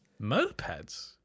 Mopeds